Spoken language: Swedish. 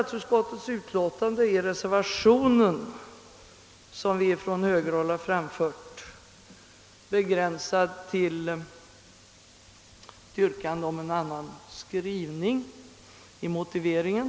Den reservation som vi från högerhåll har fogat till statsutskottets utlåtande är begränsad till ett yrkande om en annan skrivning i motiveringen.